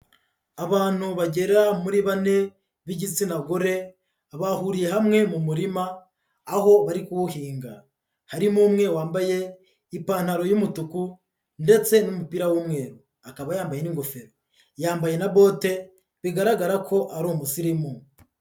Abantu bagera muri bane b'igitsina gore, bahuriye hamwe mu murima, aho bari kuwuhinga, harimo umwe wambaye ipantaro y'umutuku ndetse n'umupira w'umweru, akaba yambaye n'ingofero, yambaye na bote bigaragara ko ari umusirimu.